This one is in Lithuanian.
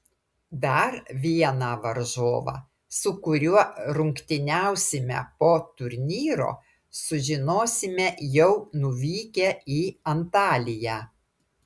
dar vieną varžovą su kuriuo rungtyniausime po turnyro sužinosime jau nuvykę į antaliją